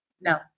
No